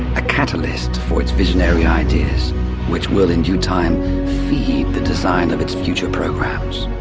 a catalyst for its visionary ideas which will in due time feed the design of its future programs.